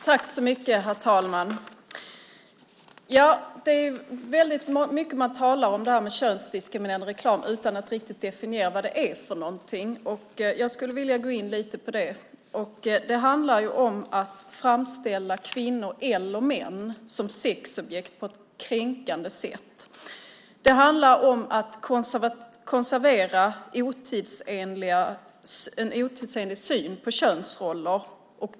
Herr talman! Man talar väldigt mycket om könsdiskriminerande reklam utan att riktigt definiera vad det är för någonting. Jag skulle vilja gå in lite på det. Det handlar om att framställa kvinnor och män som sexobjekt på ett kränkande sätt. Det handlar om att konservera en otidsenlig syn på könsroller.